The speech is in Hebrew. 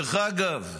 דרך אגב,